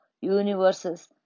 universes